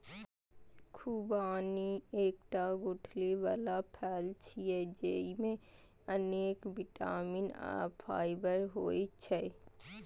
खुबानी एकटा गुठली बला फल छियै, जेइमे अनेक बिटामिन आ फाइबर होइ छै